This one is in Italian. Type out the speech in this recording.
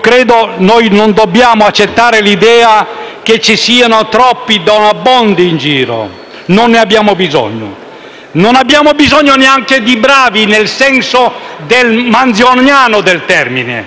credo che non dobbiamo accettare l'idea che ci siano troppi Don Abbondio in giro, perché non ne abbiamo bisogno. Non abbiamo bisogno neanche di bravi, nel senso manzoniano del termine,